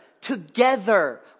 together